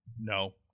no